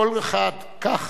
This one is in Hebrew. כך,